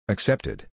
Accepted